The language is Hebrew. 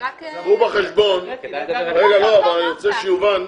אני רוצה שיובן,